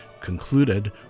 concluded